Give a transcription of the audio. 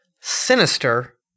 sinister